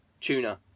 Tuna